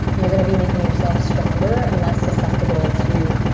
you're going to be making yourself stronger and less susceptible to,